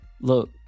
look